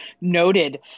noted